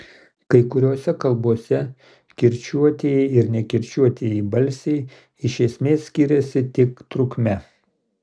kai kuriose kalbose kirčiuotieji ir nekirčiuotieji balsiai iš esmės skiriasi tik trukme